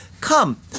Come